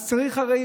אז הרי